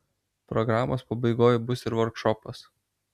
programos pabaigoj bus ir vorkšopas